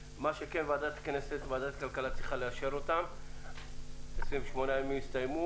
ועדת הכנסת וועדת הכלכלה צריכה לאשר אותם מכיוון ש-28 הימים הסתיימו